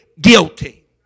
guilty